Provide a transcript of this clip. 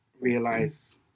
realize